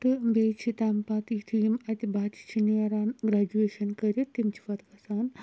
تہٕ بیٚیہِ چھُ تَمہِ پَتہٕ یُتھٕے یِم اَتہِ بَچہِ چھِ نیران گرٛیجوِیشَن کٔرِتھ تِم چھِ پَتہٕ گَژھان